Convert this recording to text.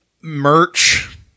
merch